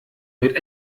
mit